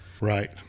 Right